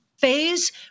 phase